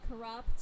corrupt